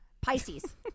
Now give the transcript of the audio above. Pisces